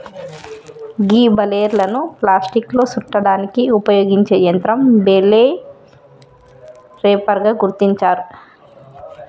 గీ బలేర్లను ప్లాస్టిక్లో సుట్టడానికి ఉపయోగించే యంత్రం బెల్ రేపర్ గా గుర్తించారు